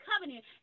Covenant